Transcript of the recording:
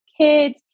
kids